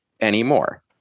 anymore